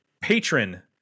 patron